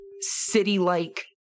city-like